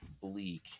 bleak